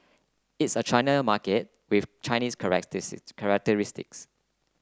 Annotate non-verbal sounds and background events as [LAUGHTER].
it's a China market with Chinese [UNINTELLIGIBLE] characteristics